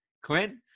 Clint